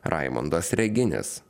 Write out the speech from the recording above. raimondas reginis